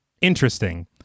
Interesting